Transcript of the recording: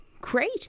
great